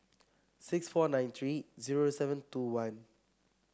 six four nine three zero seven two one